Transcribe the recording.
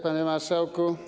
Panie Marszałku!